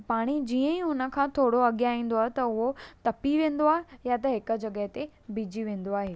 पाणी जीअं ई हुन खां थोरो अॻियां ईंदो आहे त उहो तपी वेंदो आहे या त हिकु जॻह ते बीहिजी वेंदो आहे